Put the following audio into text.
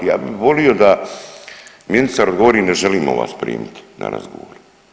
Ja bi volio da ministar odgovori ne želimo vas primiti na razgovor.